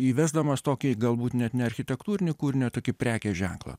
įvesdamas tokį galbūt net ne architektūrinį kūrinįo tokį prekės ženklą